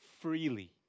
freely